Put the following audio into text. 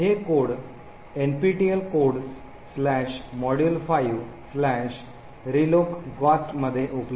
हे code nptel codesmodule5relocgot मध्ये उपलब्ध असतील